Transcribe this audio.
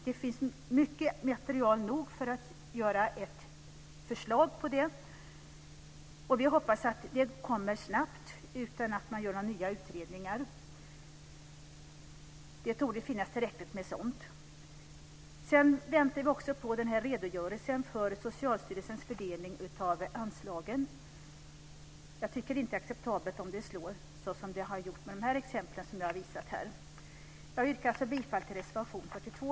Det finns material nog för att göra ett förslag om det. Vi hoppas att det kommer snabbt utan att man gör nya utredningar. Det torde finnas tillräckligt med sådant. Sedan väntar vi också på redogörelsen för Socialstyrelsens fördelning av anslagen. Det är inte acceptabelt om det slår som det har gjort i de exempel jag har visat här. Jag yrkar bifall till reservation 42.